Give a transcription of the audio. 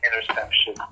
interception